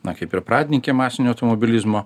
na kaip ir pradininkė masinio automobilizmo